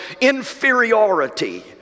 inferiority